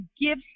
give